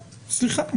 סליחה.